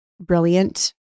brilliant